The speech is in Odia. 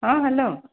ହଁ ହ୍ୟାଲୋ